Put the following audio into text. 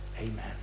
Amen